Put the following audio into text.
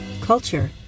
culture